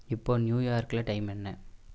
இப்போது நியூயார்க்கில் டைம் என்ன